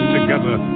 together